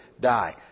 die